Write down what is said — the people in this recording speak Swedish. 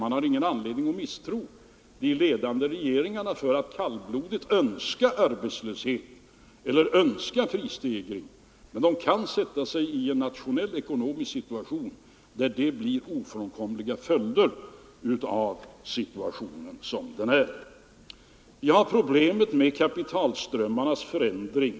Man har ingen anledning att misstänka de ledande regeringarna för att kallblodigt önska arbetslöshet eller prisstegring. Men de kan försätta sig i en nationell ekonomisk situation där det blir ofrånkomliga följder av situationen som den är. Vi har problemet med kapitalströmmarnas förändring.